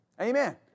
Amen